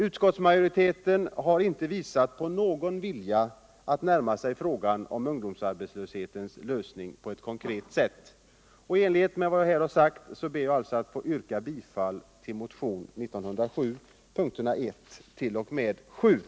Utskottsmajoriteten har inte visat någon vilja att på ett konkret sätt närma sig en lösning av problemet med ungdomsarbetslösheten. Med hänvisning till vad jag här har sagt hemställer jag om bifall till yrkandena 1-7 i motionen 1907. Ålgärder mot ungdomsarbetslöshet